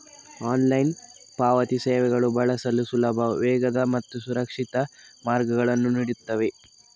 online ಪಾವತಿ ಸೇವೆಗಳು ಬಳಸಲು ಸುಲಭ, ವೇಗದ ಮತ್ತು ಸುರಕ್ಷಿತ ಮಾರ್ಗಗಳನ್ನು ನೀಡುತ್ತವೆ